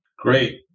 Great